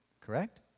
Correct